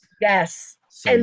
Yes